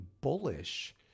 bullish